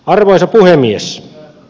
arvoisa puhemies